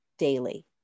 daily